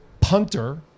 punter